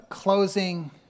Closing